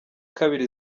kabiri